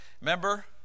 Remember